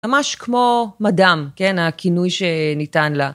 ממש כמו מאדאם, כן, הכינוי שניתן לה.